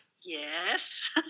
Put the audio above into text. Yes